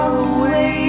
away